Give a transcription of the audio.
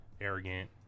Arrogant